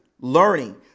learning